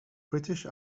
british